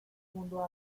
mundo